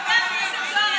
חבר הכנסת זוהר,